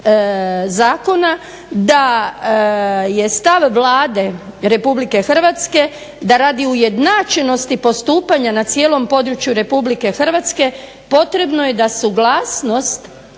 zakona da je stav Vlade RH da radi ujednačenosti postupanja na cijelom području RH potrebno je da suglasnost